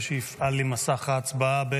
הצבעה כעת.